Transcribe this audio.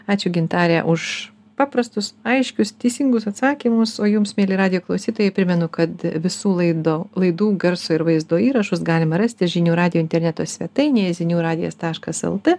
ačiū gintare už paprastus aiškius teisingus atsakymus o jums mieli radijo klausytojai primenu kad visų laido laidų garso ir vaizdo įrašus galima rasti žinių radijo interneto svetainėje zinių radijas lt